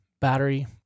battery